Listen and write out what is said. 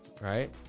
right